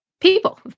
people